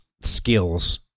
skills